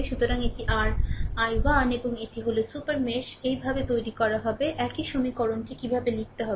সুতরাং এটি rI1 এবং এটি হল সুপার মেশ এইভাবে তৈরি করা হবে একই সমীকরণটি কীভাবে লিখতে হবে